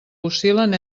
oscil·len